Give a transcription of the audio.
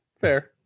fair